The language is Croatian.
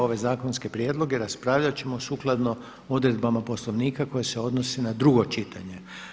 Ove zakonske prijedloge raspravljat ćemo sukladno odredbama Poslovnika koje se odnose na drugo čitanje.